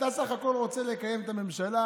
אתה בסך הכול רוצה לקיים את הממשלה,